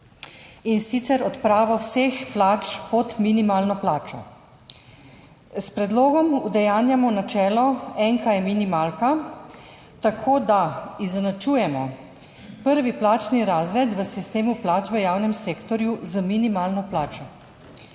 in sicer odpravo vseh plač pod minimalno plačo. S predlogom udejanjamo načelo enka je minimalka, tako da izenačujemo prvi plačni razred v sistemu plač v javnem sektorju z minimalno plačo.